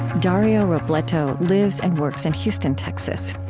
dario robleto lives and works in houston, texas.